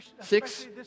Six